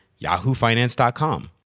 yahoofinance.com